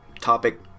topic